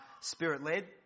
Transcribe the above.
spirit-led